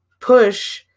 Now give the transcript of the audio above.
push